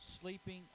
sleeping